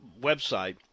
website